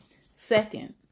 second